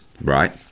right